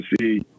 see